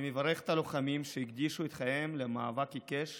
אני מברך הלוחמים שהקדישו את חייהם למאבק עיקש